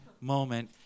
moment